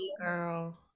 girl